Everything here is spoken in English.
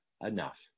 enough